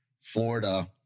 Florida